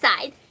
side